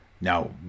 Now